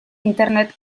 internet